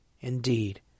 Indeed